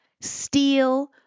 steel